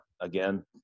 again